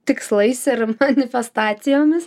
tikslais ir manifestacijomis